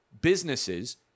businesses